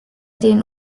den